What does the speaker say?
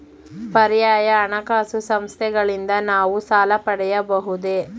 ಪರ್ಯಾಯ ಹಣಕಾಸು ಸಂಸ್ಥೆಗಳಿಂದ ನಾವು ಸಾಲ ಪಡೆಯಬಹುದೇ?